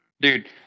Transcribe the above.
Dude